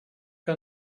que